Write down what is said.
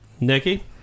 nikki